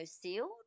sealed